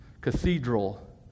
cathedral